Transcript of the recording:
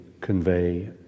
convey